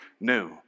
new